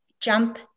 jump